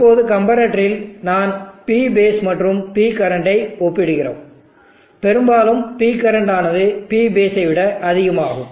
இப்போது கம்பரட்டரில் நாம் P பேஸ் மற்றும் P கரண்டை ஒப்பிடுகிறோம் பெரும்பாலும் P கரண்ட் ஆனது P பேஸ் ஐ விட அதிகமாகும்